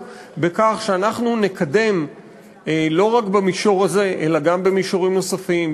על כך שאנחנו נקדם לא רק במישור הזה אלא גם במישורים נוספים,